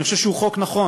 אני חושב שהוא חוק נכון.